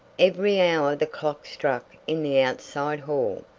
every hour the clock struck in the outside hall,